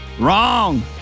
Wrong